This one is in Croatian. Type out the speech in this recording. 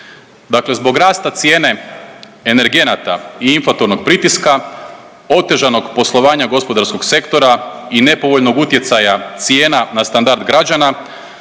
Dakle zbog rasta cijene energenata i inflatornog pritiska, otežanog poslovanja gospodarskog sektora i nepovoljnog utjecaja cijena na standard građana